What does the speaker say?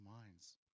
minds